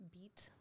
beat